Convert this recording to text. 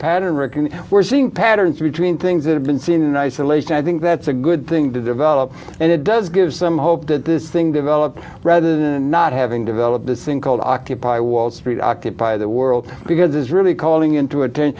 seeing patterns between things that have been seen in isolation i think that's a good thing to develop and it does give some hope that this thing develop rather than not having developed this thing called occupy wall street occupy the world because it is really calling in to atten